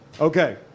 Okay